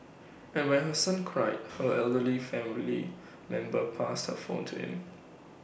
and when her son cried her elderly family member passed her phone to him